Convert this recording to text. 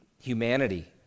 Humanity